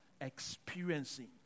Experiencing